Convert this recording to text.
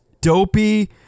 dopey